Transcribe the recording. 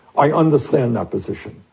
i understand their position.